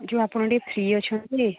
ଯେଉଁ ଆପଣ ଟିକେ ଫ୍ରି ଅଛନ୍ତି